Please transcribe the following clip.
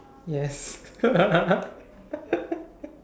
yes